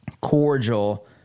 cordial